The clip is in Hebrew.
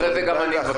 אחריה גם אני אבקש.